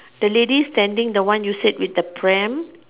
the lady standing the one you said with the pram